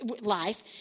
life